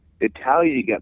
Italian